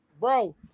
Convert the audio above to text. bro